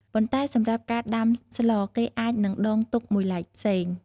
ប៉ុន្តែ សម្រាប់ការដំាស្ល គេអាចនឹងដងទុកមួយឡែកផ្សេង។